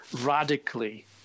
radically